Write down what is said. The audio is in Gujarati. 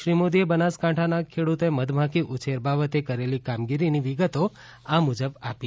શ્રી મોદીએ બનાસકાંઠાના ખેડૂતોએ મધમાખી ઉછેર બાબતે કરેલી કામગીરીની વિગતો આ મુજબ આપી